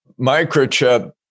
microchip